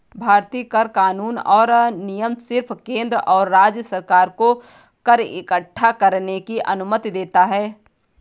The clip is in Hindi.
भारतीय कर कानून और नियम सिर्फ केंद्र और राज्य सरकार को कर इक्कठा करने की अनुमति देता है